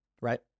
right